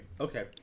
Okay